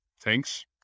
thanks